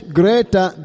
greater